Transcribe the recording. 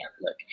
look